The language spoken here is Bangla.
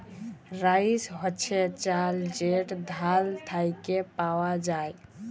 রাইস হছে চাল যেট ধাল থ্যাইকে পাউয়া যায়